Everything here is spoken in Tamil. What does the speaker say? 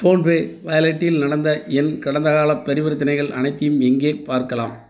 ஃபோன்பே வாலெட்டில் நடந்த என் கடந்தகாலப் பரிவர்த்தனைகள் அனைத்தையும் எங்கே பார்க்கலாம்